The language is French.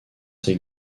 ses